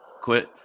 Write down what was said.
quit